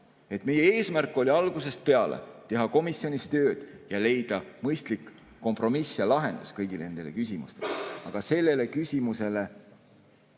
Meie eesmärk oli algusest peale teha komisjonis tööd ning leida mõistlik kompromiss ja lahendus kõigile nendele küsimustele, aga sellele küsimusele